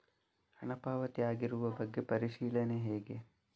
ಹಣ ಪಾವತಿ ಆಗಿರುವ ಬಗ್ಗೆ ಪರಿಶೀಲನೆ ಹೇಗೆ?